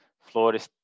Florida